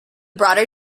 broader